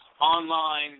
online